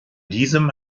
diesem